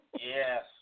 Yes